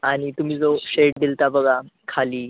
आणि तुम्ही जो शेप दिला होता बघा खाली